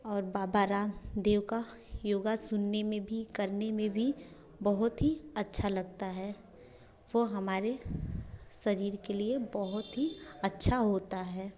और बाबा रामदेव का योगा सुनने में भी करने में भी बहुत ही अच्छा लगता है वो हमारे शरीर के लिए बहुत ही अच्छा होता है